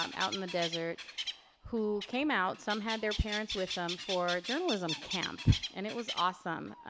um out in the desert who came out, some had their parents with them, for journalism camp and it was awesome.